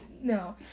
No